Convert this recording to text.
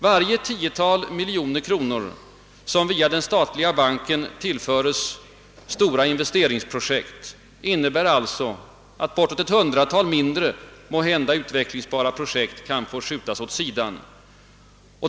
Varje tiotal miljoner kronor som via den statliga banken tillföres stora investeringsprojekt innebär alltså att bortåt ett hundratal mindre, måhända utvecklingsbara projekt kan få skjutas åt sidan.